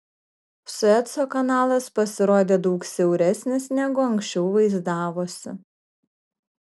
sueco kanalas pasirodė daug siauresnis negu anksčiau vaizdavosi